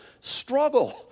struggle